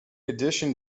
addition